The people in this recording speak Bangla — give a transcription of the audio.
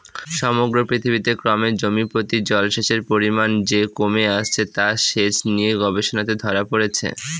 সমগ্র পৃথিবীতে ক্রমে জমিপ্রতি জলসেচের পরিমান যে কমে আসছে তা সেচ নিয়ে গবেষণাতে ধরা পড়েছে